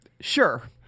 sure